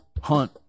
Hunt